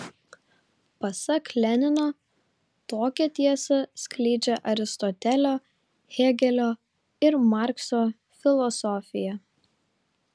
pasak lenino tokią tiesą skleidžia aristotelio hėgelio ir markso filosofija